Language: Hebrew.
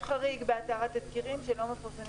יש חריג באתר התזכירים שהם לא מפרסמים